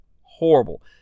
Horrible